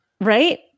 right